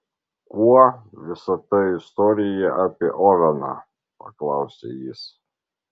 kuo visa ta istorija apie oveną paklausė jis